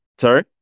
sorry